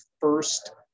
first